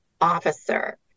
officer